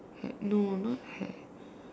no not hair